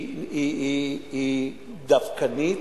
היא דווקנית,